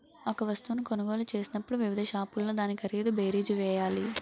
ఒక వస్తువును కొనుగోలు చేసినప్పుడు వివిధ షాపుల్లో దాని ఖరీదు బేరీజు వేయాలి